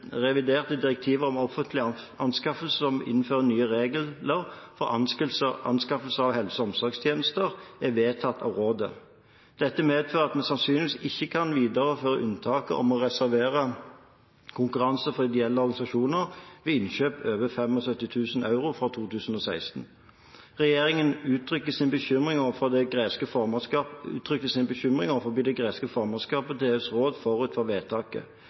reviderte direktiver om offentlige anskaffelser, som innfører nye regler for anskaffelser av helse- og omsorgstjenester, er vedtatt av rådet. Dette medfører at vi sannsynligvis ikke kan videreføre unntaket om å reservere konkurranse for ideelle organisasjoner ved innkjøp på over 750 000 euro fra 2016. Regjeringen uttrykte sin bekymring overfor det greske